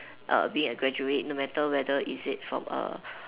being a graduate no matter whether is it from a